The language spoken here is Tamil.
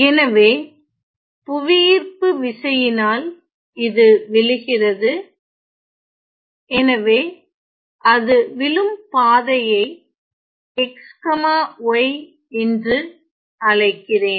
எனவே புவியீர்ப்புவிசையினால் இது விழுகிறது எனவே அது விழும் பாதையை xy என்று அழைக்கிறேன்